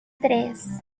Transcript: tres